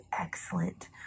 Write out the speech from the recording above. excellent